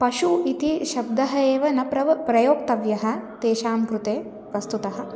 पशुः इति शब्दः एव न प्रव प्रयोक्तव्यः तेषां कृते वस्तुतः